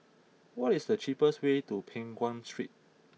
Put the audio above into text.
what is the cheapest way to Peng Nguan Street